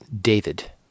David